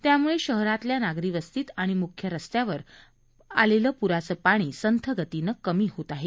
त्यामुळे शहरातल्या नागरी वस्तीत आणि मुख्य रस्त्यावर आलेलं पुराचं पाणी संथ गतीनं कामी होत आहे